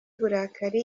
uburakari